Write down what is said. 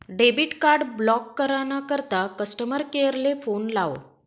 debit card block करा ना करता कस्टमर केअर ले फोन लावो